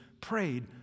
prayed